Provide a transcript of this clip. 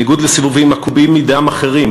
בניגוד לסיבובים עקובים מדם אחרים